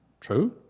True